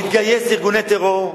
להתגייס לארגוני טרור,